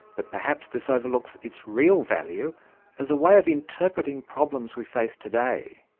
but perhaps this overlooks its real value as a way of interpreting problems we face today.